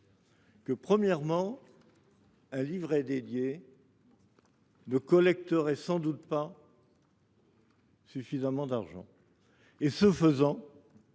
Premièrement, un livret spécifique ne collecterait sans doute pas suffisamment d’argent. De ce fait,